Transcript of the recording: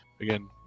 again